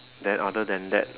then other than that